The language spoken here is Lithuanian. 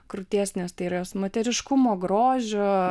krūties nes tai yra moteriškumo grožio